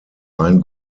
ein